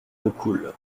decool